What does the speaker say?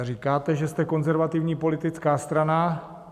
Říkáte, že jste konzervativní politická strana.